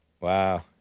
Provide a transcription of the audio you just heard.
Wow